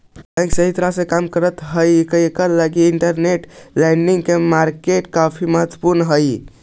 bank सही तरह से काम करैत हई इकरा लगी इंटरबैंक लेंडिंग मार्केट काफी महत्वपूर्ण हई